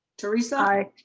teresa. i.